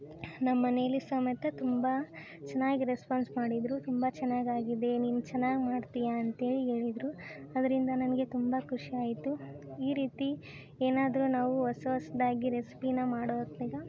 ನಮ್ಮ ಮನೇಲಿ ಸಮೇತ ತುಂಬ ಚೆನ್ನಾಗಿ ರೆಸ್ಪಾನ್ಸ್ ಮಾಡಿದರು ತುಂಬ ಚೆನ್ನಾಗಾಗಿದೆ ನೀನು ಚೆನ್ನಾಗಿ ಮಾಡ್ತೀಯಾ ಅಂತೇಳಿ ಹೇಳಿದ್ರು ಅದರಿಂದ ನನಗೆ ತುಂಬ ಖುಷಿ ಆಯಿತು ಈ ರೀತಿ ಏನಾದರೂ ನಾವು ಹೊಸ ಹೊಸ್ದಾಗಿ ರೆಸ್ಪಿನ ಮಾಡೋ ಹೊತ್ನ್ಯಾಗ